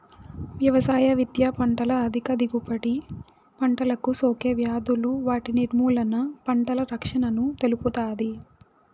వ్యవసాయ విద్య పంటల అధిక దిగుబడి, పంటలకు సోకే వ్యాధులు వాటి నిర్మూలన, పంటల రక్షణను తెలుపుతాది